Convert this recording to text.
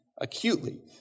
acutely